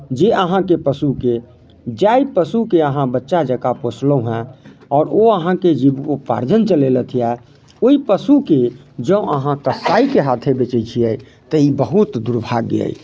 जे अहाँके पशुके जाहि पशुके अहाँ बच्चा जँका पोसलहुँ हेँ आओर ओ अहाँके जीविकोपार्जन चलेलथि यए ओहि पशुके जँऽ अहाँ कसाइके हाथे बेचैत छियै तऽ ई बहुत दुर्भाग्य अइ